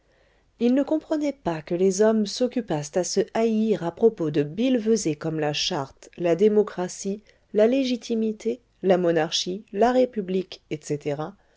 il ne comprenait pas que les hommes s'occupassent à se haïr à propos de billevesées comme la charte la démocratie la légitimité la monarchie la république etc